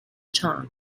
chun